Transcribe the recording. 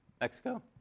Mexico